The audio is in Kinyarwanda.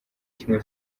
kimwe